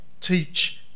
teach